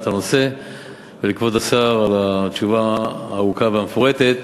את הנושא ולכבוד השר על התשובה הארוכה והמפורטת.